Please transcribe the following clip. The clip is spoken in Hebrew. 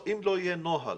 אם לא יהיה נוהל